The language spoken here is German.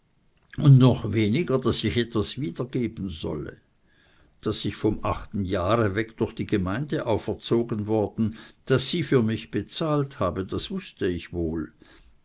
und noch weniger daß ich etwas wiedergeben solle daß ich vom achten jahre weg durch die gemeinde auferzogen worden sei daß sie für mich bezahlt habe das wußte ich wohl